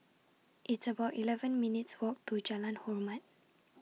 It's about eleven minutes' Walk to Jalan Hormat